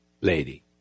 lady